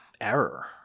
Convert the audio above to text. error